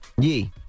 Yee